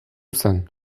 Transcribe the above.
zen